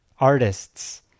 artists